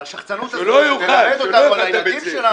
אבל השחצנות הזאת, ללמד אותנו על הילדים שלנו.